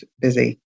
busy